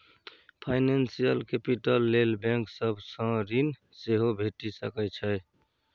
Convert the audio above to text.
financial capital लेल bank सब सँ ऋण सेहो भेटि सकै छै